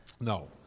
No